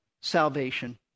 salvation